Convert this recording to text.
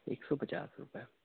एक सौ पचास रुपये